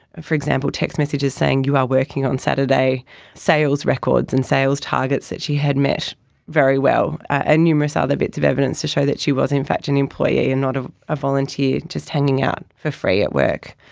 for example text messages saying, you are working on saturday sales records and sales targets that she had met very well, and numerous other bits of evidence to show that she was in fact an employee and not a ah volunteer just hanging out for free at work.